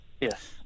Yes